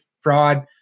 fraud